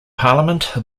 parliament